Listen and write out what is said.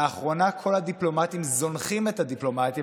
לאחרונה כל הדיפלומטים זונחים את הדיפלומטיה,